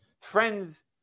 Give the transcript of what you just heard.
Friends